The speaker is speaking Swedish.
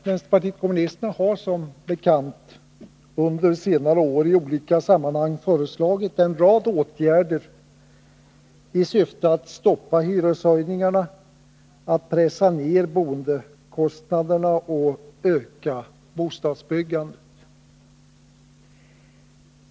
Som bekant har vänsterpartiet kommunisterna under senare år i olika sammanhang föreslagit en rad åtgärder i syfte att stoppa hyreshöjningarna, att pressa ned boendekostnaderna och att öka bostadsbyggandet.